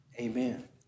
amen